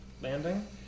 landing